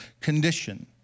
condition